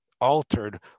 altered